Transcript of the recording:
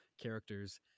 characters